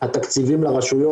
התקציבים לרשויות.